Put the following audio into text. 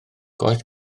gwaith